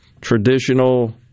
traditional